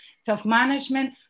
self-management